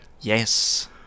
Yes